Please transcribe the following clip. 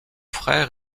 frère